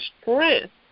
strength